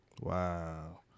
Wow